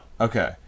Okay